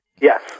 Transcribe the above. Yes